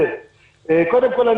קודם כול,